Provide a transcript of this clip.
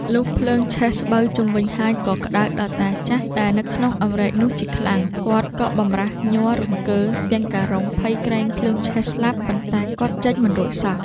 លុះភ្លើងឆេះស្បូវជុំវិញហើយ ក៏ក្តៅដល់តាចាស់ដែលនៅក្នុងអំរែកនោះជាខ្លាំង គាត់ក៏បម្រាសញ័ររង្គើរទាំងការុងភ័យក្រែងភ្លើងឆេះស្លាប់ ប៉ុន្តែគាត់ចេញមិនរួចសោះ។